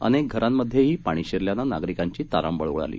अनेक घरांमध्येही पाणी शिरल्यानं नागरिकांची तारांबळ उडाली